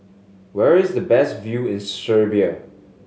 where is the best view in Serbia